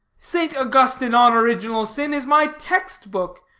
st. augustine on original sin is my text book.